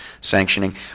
sanctioning